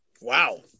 Wow